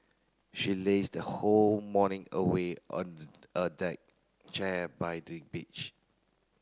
she lazed whole morning away on a deck chair by the beach